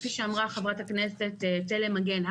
כפי שאמרה חברת הכנסת תלם מגן,